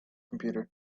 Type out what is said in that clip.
computer